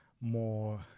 more